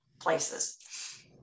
places